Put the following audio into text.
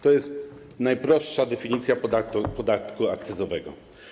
To jest najprostsza definicja podatku akcyzowego.